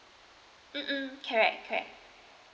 mm mm correct correct